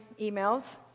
emails